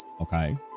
Okay